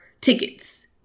tickets